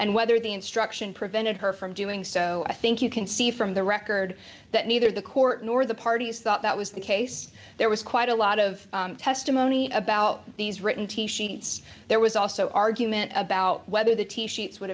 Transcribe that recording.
and whether the instruction prevented her from doing so i think you can see from the record that neither the court nor the parties thought that was the case there was quite a lot of testimony about these written tea sheets there was also argument about whether the tea sheets would